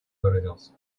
выразился